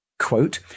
Quote